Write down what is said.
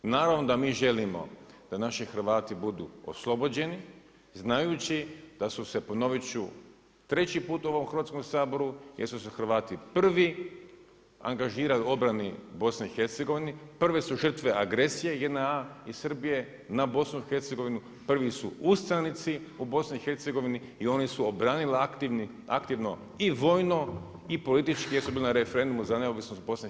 Naravno da mi želimo, da naši Hrvati budu oslobođeni, znajući da su se ponoviti ću treći put u ovom Hrvatskom saboru, gdje su se Hrvati prvi angažirali u obrani BIH, prve su žrtve agresije JNA i Srbije na BIH, prvi su ustanici u BIH i oni su obranili aktivno i vojno i politički jer su bili na referendumu za neovisno BIH, samo BIH.